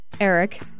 Eric